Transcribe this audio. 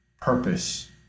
purpose